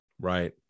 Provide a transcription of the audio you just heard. Right